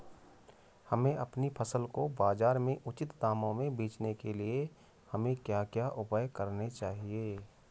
हमें अपनी फसल को बाज़ार में उचित दामों में बेचने के लिए हमें क्या क्या उपाय करने चाहिए?